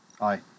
Aye